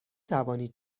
توانی